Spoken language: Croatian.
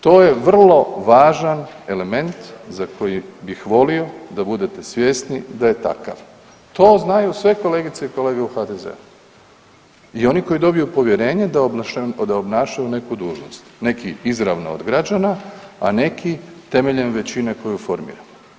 To je vrlo važan element za koji bih volio da budete svjesni da je takav, to znaju sve kolegice i kolege u HDZ-u i oni koji dobiju povjerenje da obnašaju neku dužnost, neki izravno od građana, a neki temeljem većine koju formiramo.